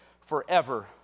forever